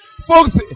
Folks